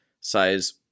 size